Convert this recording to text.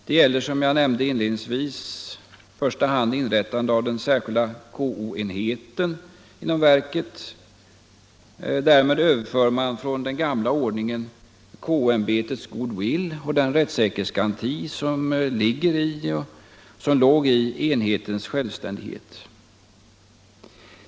Det gäller, som jag inledningsvis nämnde, i första hand inrättandet av den särskilda KO-enheten inom verket; därmed överför man från den gamla ordningen KO-ämbetets godwill och den rättssäkerhetsgaranti som låg och ligger i enhetens självständighet.